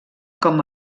com